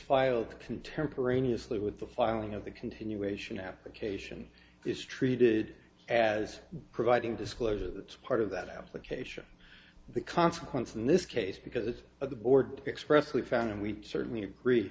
filed contemporaneously with the filing of the continuation application is treated as providing disclosure that's part of that application the consequence in this case because of the board expressly found and we certainly agree